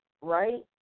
right